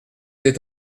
êtes